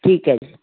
ਠੀਕ ਹੈ ਜੀ